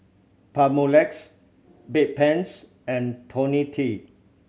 Papulex Bedpans and Ionil T